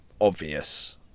Obvious